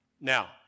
Now